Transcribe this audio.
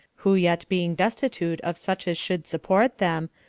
who yet being destitute of such as should support them,